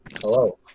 hello